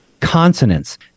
consonants